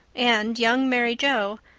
and young mary joe,